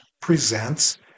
presents